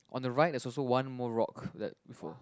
on the right there's also one more rock that before